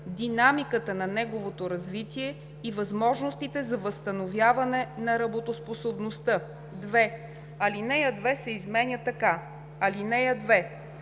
динамиката на неговото развитие и възможностите за възстановяване на работоспособността.“ 2. Алинея 2 се изменя така: „(2)